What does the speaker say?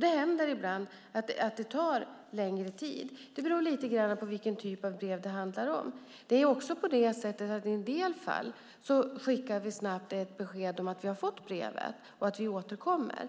Det händer ibland att det tar längre tid; det beror lite grann på vilken typ av brev det handlar om. I en del fall skickar vi också snabbt ett besked om att vi har fått brevet och att vi återkommer.